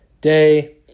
Day